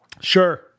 sure